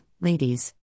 ladies